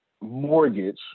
mortgage